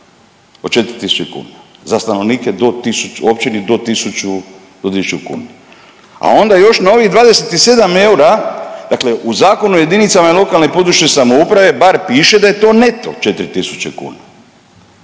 Od 4000 kuna. Za stanovnike do 1000, općini do 1000, do 4000 kuna, a onda još na ovih 27 eura, dakle u Zakonu o jedinicama lokalne i područne samouprave bar piše da je to neto 4000 kuna,